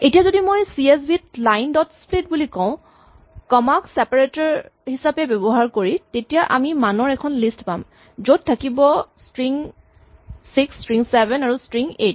এতিয়া যদি মই চিএচভি লাইন ডট স্প্লিট বুলি কওঁ কমা ক চেপাৰেটৰ হিচাপে ব্যৱহাৰ কৰি তেতিয়া আমি মানৰ এখন লিষ্ট পাম যত থাকিব স্ট্ৰিং ৬ স্ট্ৰিং ৭ আৰু স্ট্ৰিং ৮